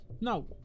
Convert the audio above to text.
no